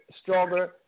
stronger